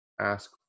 ask